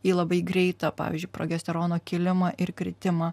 į labai greitą pavyzdžiui progesterono kilimą ir kritimą